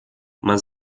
mas